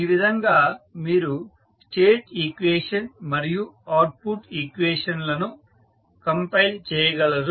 ఈ విధంగా మీరు స్టేట్ ఈక్వేషన్ మరియు అవుట్పుట్ ఈక్వేషన్ లను కంపైల్ చేయగలరు